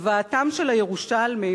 שוועתם של הירושלמים,